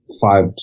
five